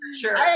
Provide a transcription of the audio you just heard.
Sure